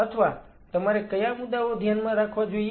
અથવા તમારે કયા મુદ્દાઓ ધ્યાનમાં રાખવા જોઈએ